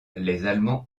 allemands